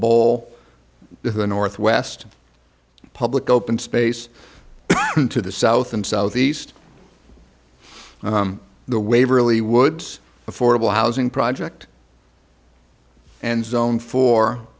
to the northwest public open space to the south and southeast of the waverly woods affordable housing project and zone fo